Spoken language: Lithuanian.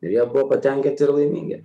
ir jie buvo patenkinti ir laimingi